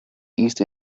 east